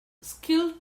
skilled